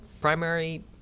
primary